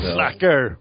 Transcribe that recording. Slacker